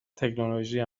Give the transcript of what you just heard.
تکنولوژی